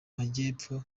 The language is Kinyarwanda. majyepfo